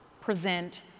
present